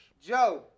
joe